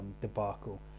debacle